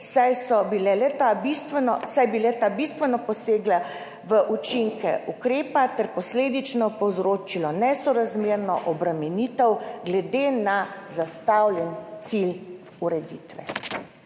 saj bi le-ta bistveno posegla v učinke ukrepa ter posledično povzročila nesorazmerno obremenitev glede na zastavljeni cilj ureditve.